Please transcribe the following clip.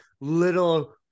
little